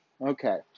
Okay